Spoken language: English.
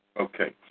Okay